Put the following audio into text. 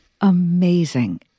Amazing